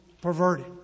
perverted